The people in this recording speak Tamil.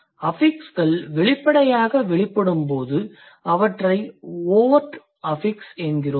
அஃபிக்ஸ்கள் வெளிப்படையாக வெளிப்படும்போது அவற்றை overt affixes என்கிறோம்